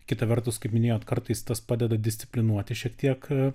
kita vertus kaip minėjot kartais tas padeda disciplinuoti šiek tiek